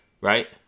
Right